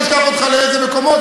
אני אשלח אותך לאיזה מקומות,